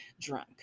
drunk